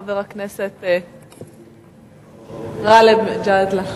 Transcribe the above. חבר הכנסת גאלב מג'אדלה.